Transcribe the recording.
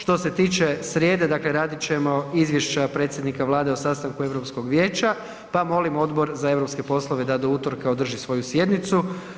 Što se tiče srijede, dakle radit ćemo izvješća predsjednika Vlade o sastanku Europskog vijeća pa molim Odbor za europske poslove da do utorka održi svoju sjednicu.